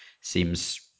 seems